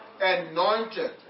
anointed